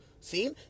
see